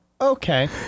okay